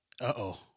Uh-oh